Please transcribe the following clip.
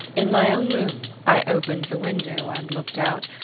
in my own room, i opened the window and looked out,